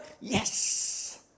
yes